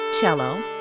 cello